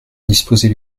disposez